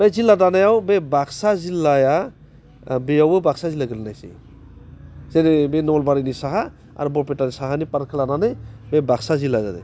बे जिल्ला दानायाव बे बाक्सा जिल्लाया बेयावबो बाक्सा जिल्ला गोलैनायसै जोङो बे नलबारिनि साहा आर बरपेटानि साहानि फारखौ लानानै बे बाक्सा जिल्ला जादों